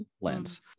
lens